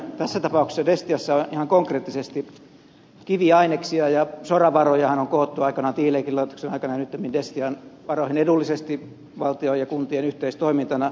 tässä tapauksessa destiassa on ihan konkreettisesti kiviaineksia ja soravarojahan on koottu aikanaan tieliikelaitoksen aikana ja nyttemmin destian varoihin edullisesti valtion ja kuntien yhteistoimintana